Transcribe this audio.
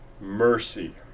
mercy